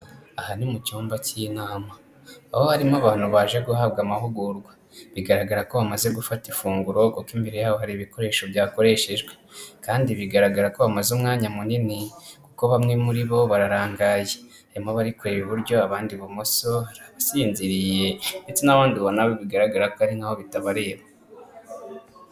Aha ni mu cyumba cy'inama; aho harimo abantu baje guhabwa amahugurwa, bigaragara ko bamaze gufata ifunguro kuko imbere yabo hari ibikoresho byakoreshejwe. Kandi bigaragara ko bamaze umwanya munini, kuko bamwe muri bo bararangaye. Harimo abari kureba iburyo abandi ibumoso, hari abasinziriye ndetse n'abandi ubona bigaragara ko ari nk'aho bitabareba.